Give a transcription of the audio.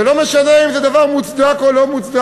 ולא משנה אם זה דבר מוצדק או לא מוצדק,